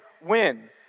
win